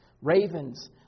ravens